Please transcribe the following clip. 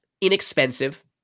inexpensive